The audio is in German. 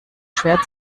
schwer